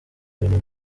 ibintu